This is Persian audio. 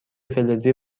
فلزی